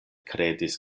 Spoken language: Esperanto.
kredis